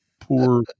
poor